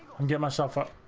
i'm get myself up,